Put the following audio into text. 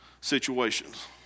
situations